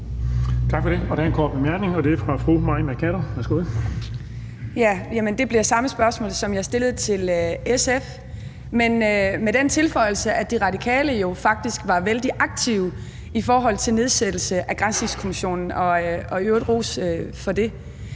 Mai Mercado. Værsgo. Kl. 16:08 Mai Mercado (KF): Det bliver samme spørgsmål, som jeg stillede SF, men med den tilføjelse, at De Radikale jo faktisk var vældig aktive i forhold til nedsættelse af en granskningskommission, i øvrigt ros for det,